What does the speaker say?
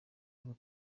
ubu